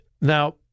Now